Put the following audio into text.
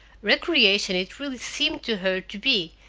re-creation it really seemed to her to be,